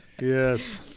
Yes